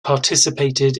participated